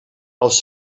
els